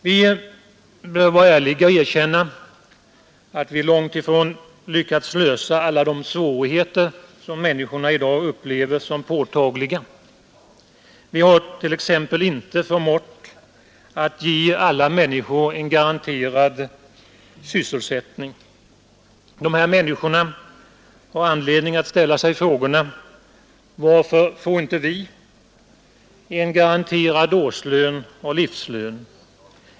Vi bör vara ärliga och erkänna att vi långt ifrån lyckats lösa alla de svårigheter människorna i dag upplever som påtagliga. Vi har t.ex. inte förmått att ge alla människor en garanterad sysselsättning. Dessa människor har anledning ställa sig frågorna: Varför får inte vi en garanterad årslön eller livslön?